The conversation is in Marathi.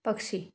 पक्षी